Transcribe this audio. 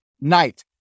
night